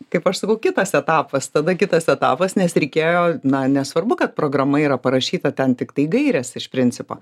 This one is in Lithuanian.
kaip aš sakau kitas etapas tada kitas etapas nes reikėjo na nesvarbu kad programa yra parašyta ten tiktai gairės iš principo